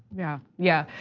yeah, yeah.